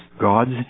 God's